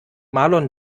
marlon